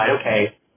okay